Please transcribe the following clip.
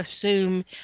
assume